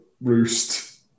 roost